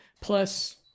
plus